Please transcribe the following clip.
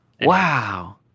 Wow